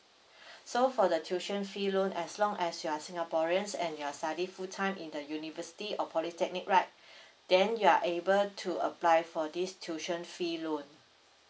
so for the tuition fee loan as long as you are singaporeans and you are study full time in the university or polytechnic right then you are able to apply for this tuition fee loan